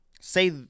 Say